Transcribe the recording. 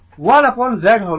1 upon z হল Y